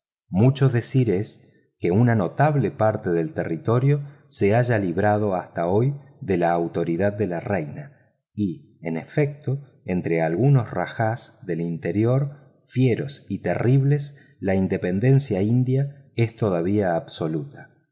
decir es que una notable parte del territorio se haya librado hasta hoy de la autoridad de la reina y en efecto entre algunos rajaes del interior fieros y terribles la independencia india es todavía absoluta